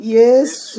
Yes